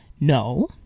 No